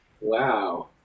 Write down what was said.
Wow